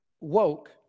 woke